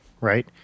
right